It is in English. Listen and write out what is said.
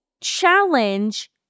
challenge